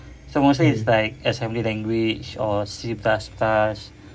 so mostly it's like S language or like C plus plus